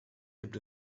gibt